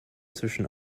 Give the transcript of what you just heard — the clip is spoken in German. zwischen